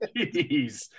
jeez